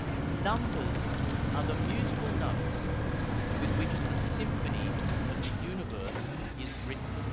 numbers are the musical notes with which the symphony of the universe is written.